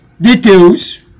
details